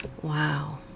Wow